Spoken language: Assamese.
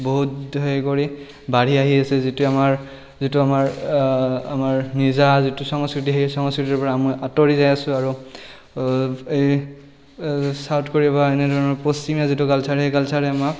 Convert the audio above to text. বহুত সেই কৰি বাঢ়ি আহিছে যিটো আমাৰ যিটো আমাৰ আমাৰ নিজা যিটো সংস্কৃতি সেই সংস্কৃতিৰ পৰা আমি আঁতৰি যাই আছোঁ আৰু এই ছাউথ কোৰিয়া বা এনেধৰণৰ পশ্চিমীয়া যিটো কালচাৰ সেই কালচাৰে আমাক